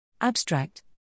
Abstract